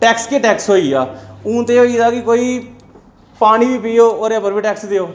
tax गै tax होई आ हून ते होई गेदा कि कोई पानी बी पीह्ग ओह्दे पर बी टैक्स दे